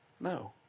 No